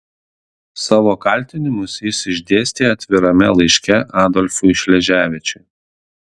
savo kaltinimus jis išdėstė atvirame laiške adolfui šleževičiui